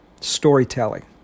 storytelling